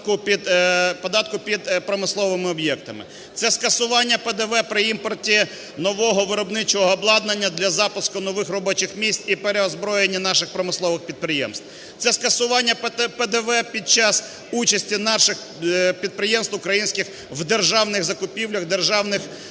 Це скасування ПДВ при імпорті нового виробничого обладнання для запуску нових робочих місць і переозброєння наших промислових підприємств. Це скасування ПДВ під час участі наших підприємств українських в державних закупівлях, державних тендерах,